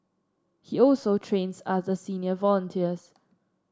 he also trains other senior volunteers